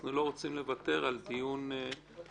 אנחנו לא רוצים לוותר על דיון מכובד,